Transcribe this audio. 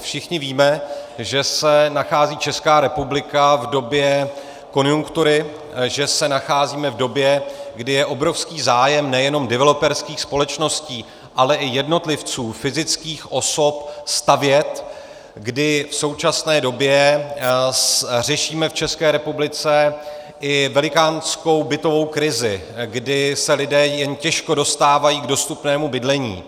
Všichni víme, že se nachází Česká republika v době konjunktury, že se nacházíme v době, kdy je obrovský zájem nejenom developerských společností, ale i jednotlivců, fyzických osob, stavět, kdy v současné době řešíme v České republice i velikánskou bytovou krizi, kdy se lidé jen těžko dostávají k dostupnému bydlení.